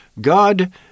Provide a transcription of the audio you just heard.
God